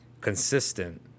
consistent